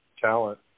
talent